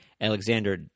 Alexander